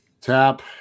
tap